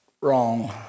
wrong